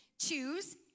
choose